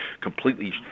completely